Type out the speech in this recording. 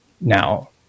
Now